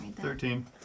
Thirteen